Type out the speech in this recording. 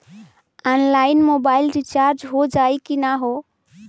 Online mobile recharge हो जाई की ना हो?